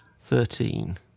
Thirteen